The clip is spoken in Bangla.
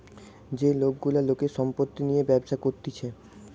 যে লোক গুলা লোকের সম্পত্তি নিয়ে ব্যবসা করতিছে